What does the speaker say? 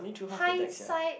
hindsight